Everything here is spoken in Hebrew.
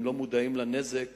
הם לא מודעים לנזק